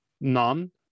none